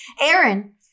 Aaron